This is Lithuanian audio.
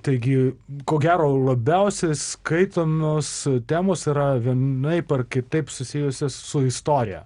taigi ko gero labiausiai skaitomos temos yra vienaip ar kitaip susijusios su istorija